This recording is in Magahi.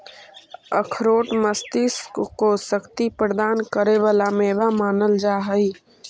अखरोट मस्तिष्क को शक्ति प्रदान करे वाला मेवा मानल जा हई